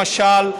למשל,